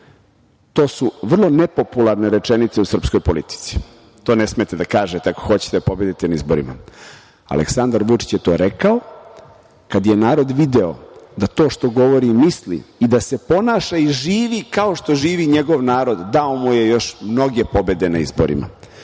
To su vrlo nepopularne rečenice u srpskoj politici. To ne smete da kažete ako hoćete da pobedite na izborima. Aleksandar Vučić je to rekao. Kada je narod video da to što govori misli i da se ponaša i živi kao što živi njegov narod, dao mu je još mnoge pobede na izborima. Jedini